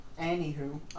Anywho